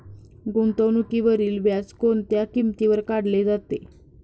गुंतवणुकीवरील व्याज कोणत्या किमतीवर काढले जाते?